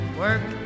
work